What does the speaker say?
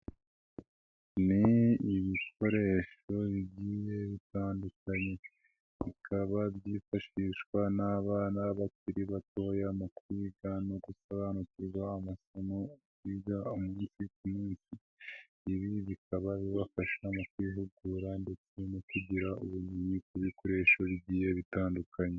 Ni ibikoresho bigiye bitandukanye, bikaba byifashishwa n'abana bakiri batoya mu kwiga no gusobanukirwa amasomo biga umunsi ku munsi, ibi bikaba bibafasha mu kwihugura ndetse no kugira ubumenyi ku bikoresho bigiye bitandukanye.